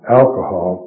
alcohol